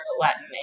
Latin